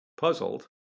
Puzzled